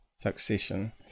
succession